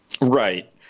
Right